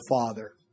father